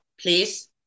please